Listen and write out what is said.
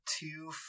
two